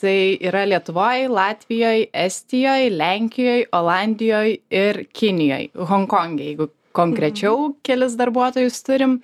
tai yra lietuvoj latvijoj estijoj lenkijoj olandijoj ir kinijoje honkonge jeigu konkrečiau kelis darbuotojus turim